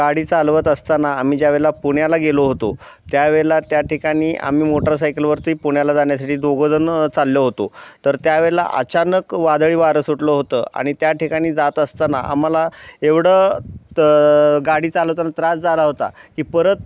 गाडी चालवत असताना आम्ही ज्यावेळेला पुण्याला गेलो होतो त्यावेळेला त्या ठिकाणी आम्ही मोटरसायकलवरती पुण्याला जाण्यासाठी दोघंजण चालत होतो तर त्यावेळेला अचानक वादळी वारं सुटलं होतं आणि त्या ठिकाणी जात असताना आम्हाला एवढं तर गाडी चालवताना त्रास झाला होता की परत